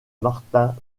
martin